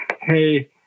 hey